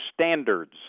standards